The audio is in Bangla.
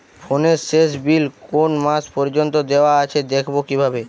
ফোনের শেষ বিল কোন মাস পর্যন্ত দেওয়া আছে দেখবো কিভাবে?